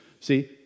See